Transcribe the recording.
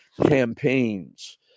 campaigns